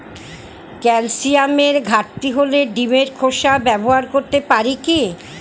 ক্যালসিয়ামের ঘাটতি হলে ডিমের খোসা ব্যবহার করতে পারি কি?